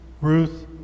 Ruth